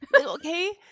Okay